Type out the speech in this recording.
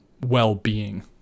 well-being